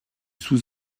sous